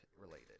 related